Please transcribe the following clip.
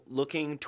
looking